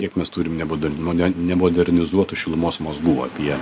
kiek mes turim nebudan nemo nemodernizuotų šilumos mazgų apie